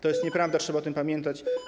To jest nieprawda, trzeba o tym pamiętać.